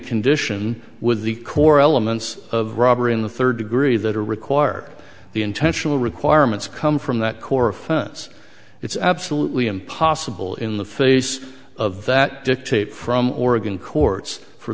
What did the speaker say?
condition with the core elements of robbery in the third degree that are required the intentional requirements come from that core offense it's absolutely impossible in the face of that dictate from oregon courts for